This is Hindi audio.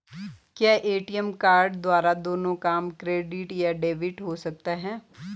क्या ए.टी.एम कार्ड द्वारा दोनों काम क्रेडिट या डेबिट हो सकता है?